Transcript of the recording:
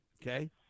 okay